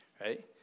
right